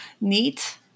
Neat